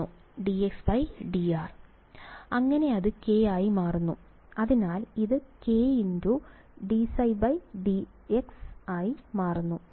dxdr വിദ്യാർത്ഥി k അങ്ങനെ അത് k ആയി മാറുന്നു അതിനാൽ ഇത് k dψdx ആയി മാറുന്നു